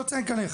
לא צועק עלייך,